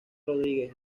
rodríguez